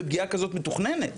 ופגיעה כזאת מתוכננת,